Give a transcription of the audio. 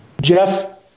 Jeff